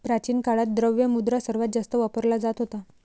प्राचीन काळात, द्रव्य मुद्रा सर्वात जास्त वापरला जात होता